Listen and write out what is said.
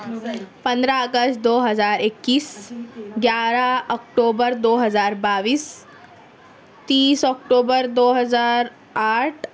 پندرہ اگست دو ہزار اکیس گیارہ اکٹوبر دو ہزار بائیس تیس اکٹوبر دو ہزار آٹھ